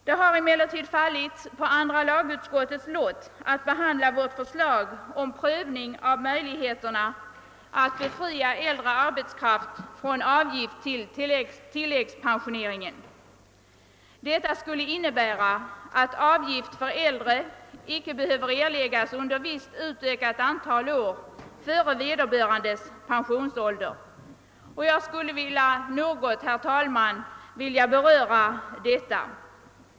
Det har emellertid fallit på andra lagutskottets lott att behandla vårt förslag om prövning av möjligheterna att befria äldre arbetskraft från avgift till tillläggspensioneringen. Detta skulle innebära att avgift för äldre anställda icke behöver erläggas under visst utökat antal år före vederbörandes pensionsålder. Jag skulle, herr talman, något vilja beröra detta.